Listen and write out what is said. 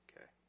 Okay